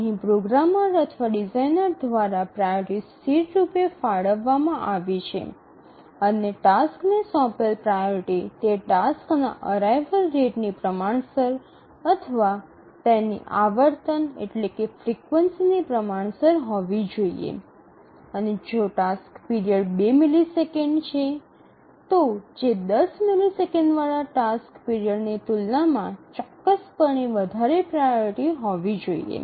અહીં પ્રોગ્રામર અથવા ડિઝાઇનર દ્વારા પ્રાઓરિટી સ્થિરરૂપે ફાળવવામાં આવી છે અને ટાસ્કને સોંપેલ પ્રાઓરિટી તે ટાસ્કના અરાઇવલ રેટની પ્રમાણસર અથવા તેની આવર્તન ની પ્રમાણસર હોવી જોઈએ અને જો ટાસ્ક પીરિયડ ૨ મિલિસેકંડ છે તો જે ૧0 મિલિસેકન્ડ વાળા ટાસ્ક પીરિયડ ની તુલનામાં ચોક્કસપણે વધારે પ્રાઓરિટી હોવી જોઈએ